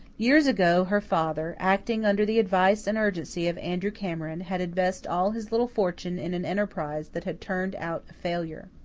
years ago, her father, acting under the advice and urgency of andrew cameron, had invested all his little fortune in an enterprise that had turned out a failure.